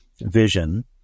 vision